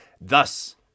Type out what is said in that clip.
thus